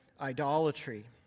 idolatry